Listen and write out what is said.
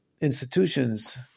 institutions